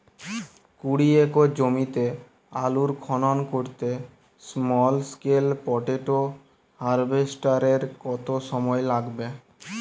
কুড়ি একর জমিতে আলুর খনন করতে স্মল স্কেল পটেটো হারভেস্টারের কত সময় লাগবে?